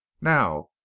Now